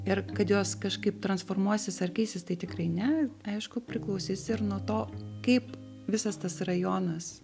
ir kad jos kažkaip transformuosis ar keisis tai tikrai ne aišku priklausys ir nuo to kaip visas tas rajonas